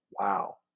wow